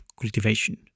cultivation